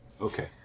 Okay